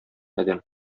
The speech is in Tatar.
адәм